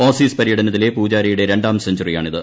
Aussies പര്യ്ടനത്തിലെ പൂജാരയുടെ രണ്ടാം സെഞ്ചുറിയാണിത്